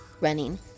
running